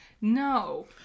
No